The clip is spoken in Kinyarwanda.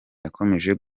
yakomeje